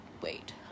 wait